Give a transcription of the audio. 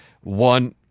one